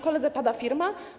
Koledze pada firma?